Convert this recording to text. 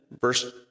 verse